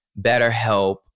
BetterHelp